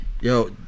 Yo